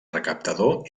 recaptador